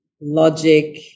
logic